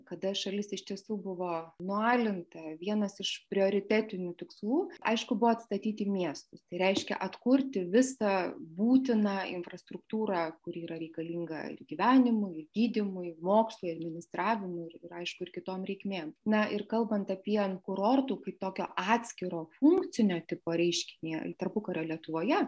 kada šalis iš tiesų buvo nualinta vienas iš prioritetinių tikslų aišku buvo atstatyti miestus tai reiškia atkurti visą būtiną infrastruktūrą kuri yra reikalinga ir gyvenimui gydymui mokslui administravimui ir aišku ir kitom reikmėm na ir kalbant apie kurortų kaip tokio atskiro funkcinio tipo reiškinį tarpukario lietuvoje